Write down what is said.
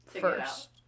first